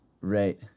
Right